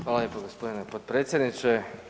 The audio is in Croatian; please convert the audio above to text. Hvala lijepa gospodine potpredsjedniče.